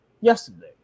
yesterday